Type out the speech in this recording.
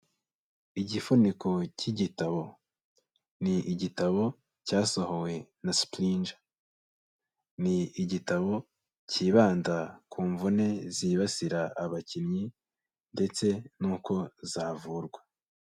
Igifuniko cy'igitabo. Ni igitabo cyasohowe na Springer. Ni igitabo cyibanda ku mvune zibasira abakinnyi ndetse n'uko zavurwa.